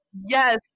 yes